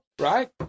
right